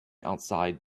outside